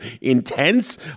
Intense